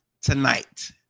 tonight